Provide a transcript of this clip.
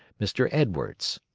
mr. edwards.